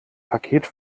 paket